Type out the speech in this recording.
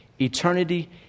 eternity